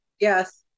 Yes